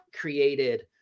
created